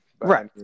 right